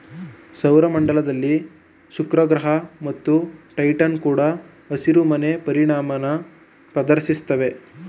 ಸೌರ ಮಂಡಲದಲ್ಲಿ ಶುಕ್ರಗ್ರಹ ಮತ್ತು ಟೈಟಾನ್ ಕೂಡ ಹಸಿರುಮನೆ ಪರಿಣಾಮನ ಪ್ರದರ್ಶಿಸ್ತವೆ